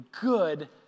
good